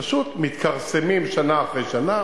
פשוט מתכרסמים שנה אחרי שנה,